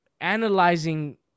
analyzing